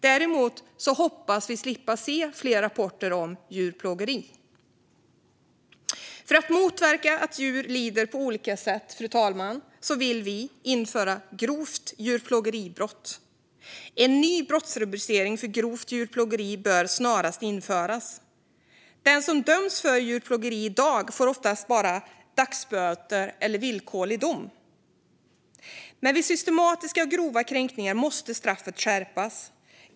Däremot hoppas vi slippa se fler rapporter om djurplågeri. För att motverka att djur lider på olika sätt vill vi att det snarast införs en ny brottsrubricering för grovt djurplågeri. Den som döms för djurplågeri i dag får oftast bara dagsböter eller villkorlig dom. Men vid systematiska och grova kränkningar måste straffet skärpas.